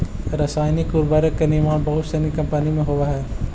रसायनिक उर्वरक के निर्माण बहुत सनी कम्पनी में होवऽ हई